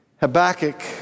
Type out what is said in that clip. Habakkuk